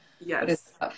yes